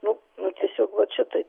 nu nu tiesiog vat šitaip